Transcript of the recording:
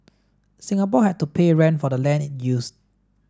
Singapore had to pay rent for the land it used